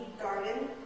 garden